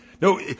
No